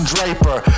Draper